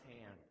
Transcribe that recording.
hand